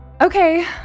Okay